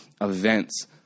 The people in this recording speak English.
events